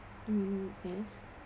mm yes